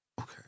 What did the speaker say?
Okay